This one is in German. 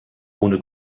ohne